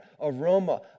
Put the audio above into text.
aroma